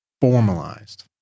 formalized